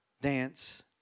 dance